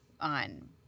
on